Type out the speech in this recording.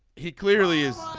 he clearly is.